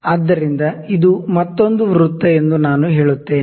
ಆದ್ದರಿಂದ ಇದು ಮತ್ತೊಂದು ವೃತ್ತ ಎಂದು ನಾನು ಹೇಳುತ್ತೇನೆ